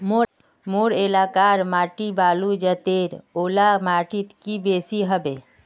मोर एलाकार माटी बालू जतेर ओ ला माटित की बेसी हबे?